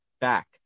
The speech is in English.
back